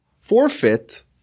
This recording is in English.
forfeit